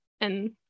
And-